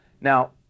Now